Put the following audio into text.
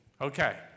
Okay